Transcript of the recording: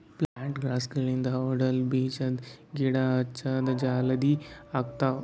ಪ್ಲಾಂಟರ್ಸ್ಗ ಗಳಿಂದ್ ಹೊಲ್ಡಾಗ್ ಬೀಜದ ಗಿಡ ಹಚ್ಚದ್ ಜಲದಿ ಆಗ್ತಾವ್